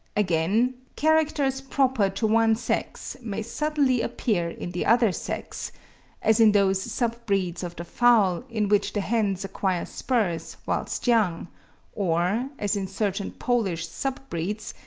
again, characters proper to one sex may suddenly appear in the other sex as in those sub-breeds of the fowl in which the hens acquire spurs whilst young or, as in certain polish sub-breeds,